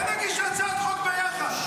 בוא נגיש הצעת חוק ביחד.